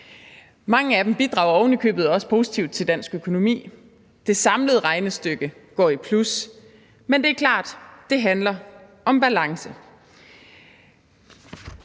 Mange af dem bidrager ovenikøbet også positivt til dansk økonomi. Det samlede regnestykke går i plus. Men det er klart, at det handler om balance.